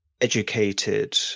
educated